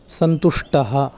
सन्तुष्टः